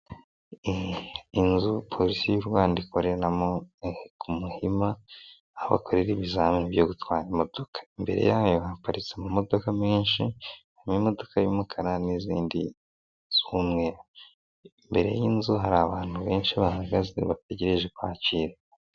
Inzu polisi y'u Rwanda ikoreramo iri ku Muhima aho bakorera ibizamini byo gutwara imodoka imbere yayo haparitse amamodoka menshi hari imodoka y'umukara n'izindi z'umweru imbere y'inzu hari abantu benshi bahagaze bategereje kwakira.